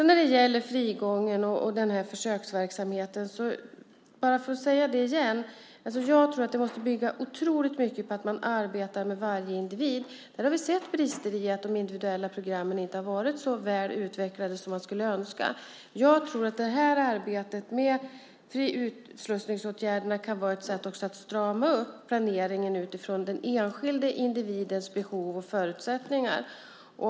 När det gäller frigången och försöksverksamheten vill jag återigen säga att jag tror att det i hög grad måste bygga på att man arbetar med varje individ. Där har vi sett brister i de individuella programmen som inte varit så väl utvecklade som man skulle önska. Arbetet med utslussningsåtgärderna kan vara ett sätt att strama upp planeringen utifrån den enskilde individens behov och förutsättningar.